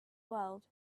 world